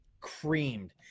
creamed